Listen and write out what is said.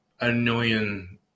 annoying